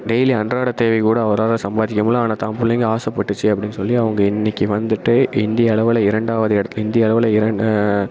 daily அன்றாட தேவைக்கு கூட அவரால் சம்பாதிக்க முடியிலை ஆனால் தாம் பிள்ளைங்க ஆசைப்பட்டுச்சு அப்படின்னு சொல்லி அவங்க இன்னைக்கு வந்துவிட்டு இண்டிய அளவில் இரண்டாவது இடத் இந்திய அளவில் இரண்டு